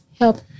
help